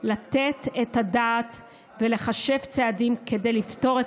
לתת את הדעת ולחשב צעדים כדי לפתור את